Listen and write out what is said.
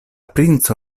princo